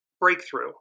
breakthrough